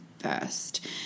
first